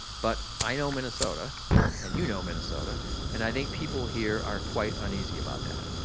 but i know minnesota and you know minnesota and i think people here are quite uneasy about that.